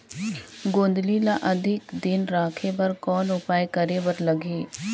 गोंदली ल अधिक दिन राखे बर कौन उपाय करे बर लगही?